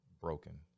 broken